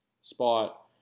spot